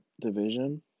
division